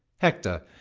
hector,